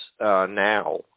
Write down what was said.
now